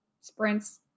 sprints